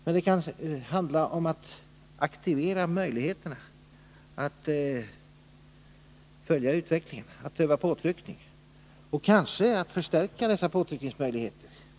Men det kan handla om att aktivera möjligheterna att följa utvecklingen, att öva påtryckning och kanske att förstärka dessa påtryckningsmöjligheter.